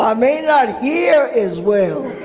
um may not hear as well,